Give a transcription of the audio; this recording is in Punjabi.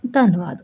ਧੰਨਵਾਦ